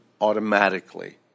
automatically